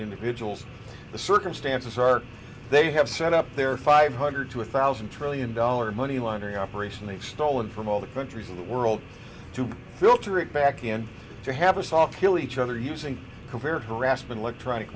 individuals the circumstances are they have set up five hundred to a thousand trillion dollar money laundering operation they've stolen from all the countries of the world to filter it back again to have a soft kill each other using compared harassment electronic